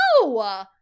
No